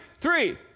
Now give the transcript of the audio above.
three